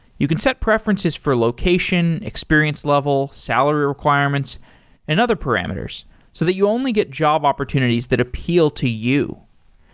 you can set preferences for location, experience level, salary requirements and other parameters so that you only get job opportunities that appeal to you.